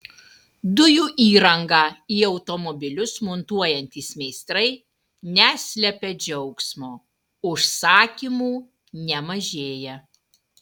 dujų įrangą į automobilius montuojantys meistrai neslepia džiaugsmo užsakymų nemažėja